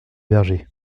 berger